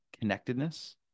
connectedness